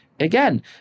Again